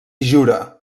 jura